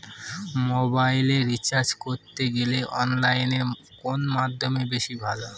মোবাইলের রিচার্জ করতে গেলে অনলাইনে কোন মাধ্যম বেশি ভালো?